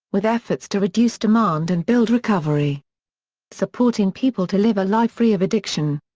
with efforts to reduce demand and build recovery supporting people to live a life free of addiction.